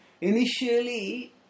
initially